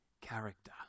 character